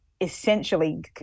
essentially